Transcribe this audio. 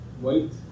wait